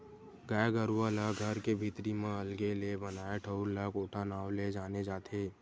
गाय गरुवा ला घर के भीतरी म अलगे ले बनाए ठउर ला कोठा नांव ले जाने जाथे